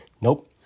Nope